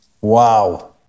Wow